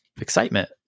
excitement